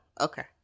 okay